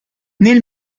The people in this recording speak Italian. nel